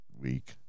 week